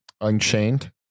Unchained